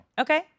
Okay